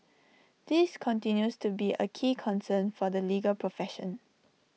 this continues to be A key concern for the legal profession